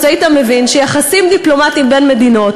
היית מבין שיחסים דיפלומטיים בין מדינות,